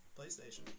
PlayStation